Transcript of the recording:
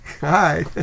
Hi